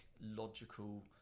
logical